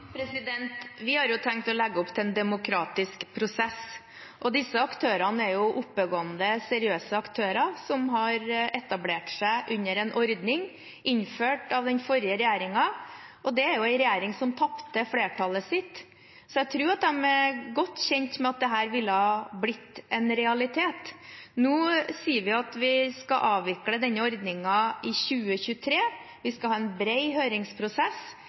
Vi har tenkt å legge opp til en demokratisk prosess. Disse aktørene er oppegående, seriøse aktører som har etablert seg under en ordning innført av den forrige regjeringen. Det er en regjering som tapte flertallet sitt, så jeg tror de er godt kjent med at dette ville bli en realitet. Nå sier vi at skal avvikle denne ordningen i 2023. Vi skal ha en bred høringsprosess.